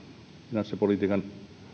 finanssipolitiikan